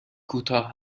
کوتاه